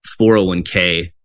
401k